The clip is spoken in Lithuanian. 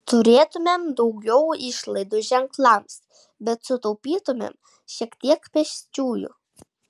turėtumėm daugiau išlaidų ženklams bet sutaupytumėm šiek tiek pėsčiųjų